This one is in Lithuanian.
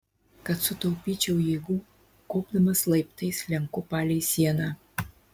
kad sutaupyčiau jėgų kopdamas laiptais slenku palei sieną